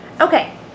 Okay